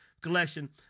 collection